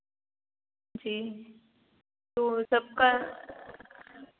जी तो सबका